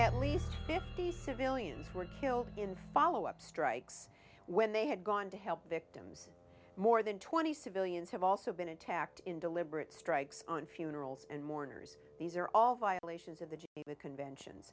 at least fifty civilians were killed in follow up strikes when they had gone to help victims more than twenty civilians have also been attacked in deliberate strikes on funerals and mourners these are all violations of the geneva conventions